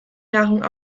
nahrung